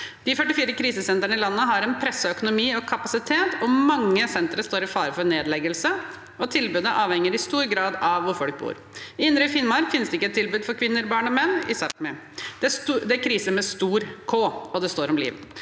De 44 krisesentrene i landet har en presset økonomi og kapasitet. Mange sentre står i fare for nedleggelse, og tilbudet avhenger i stor grad av hvor folk bor. I Indre Finnmark finnes det ikke et tilbud for kvinner, barn og menn i Sápmi. Det er Krise med stor K, og det står om liv.